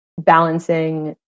balancing